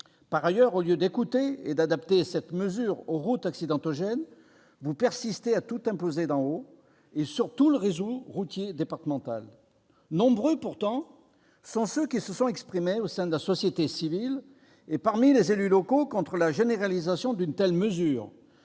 et imposer. Au lieu d'écouter et d'adapter cette mesure aux routes accidentogènes, vous persistez à tout imposer d'en haut, et sur tout le réseau routier départemental. Pourtant, nombreux sont ceux qui se sont exprimés, au sein de la société civile et parmi les élus locaux, contre la généralisation d'une telle mesure,